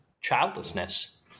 childlessness